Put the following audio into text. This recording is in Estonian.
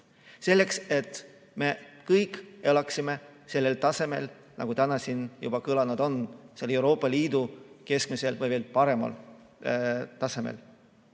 Selleks, et me kõik elaksime sellel tasemel, nagu täna siin juba kõlanud on – Euroopa Liidu keskmisel või veel paremal tasemel. Sama